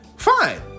Fine